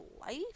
life